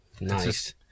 Nice